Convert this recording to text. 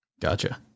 Gotcha